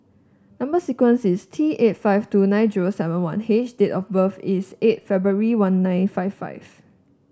number sequence is T eight five two nine zero seven one H and date of birth is eight February one nine five five